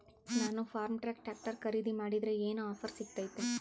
ನಾನು Farmtrac tractor ಖರೇದಿ ಮಾಡಿದ್ರೆ ಏನು ಆಫರ್ ಸಿಗ್ತೈತಿ?